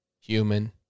human